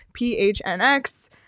PHNX